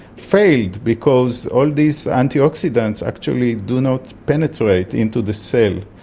failed because all these antioxidants actually do not penetrate into the cell.